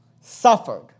suffered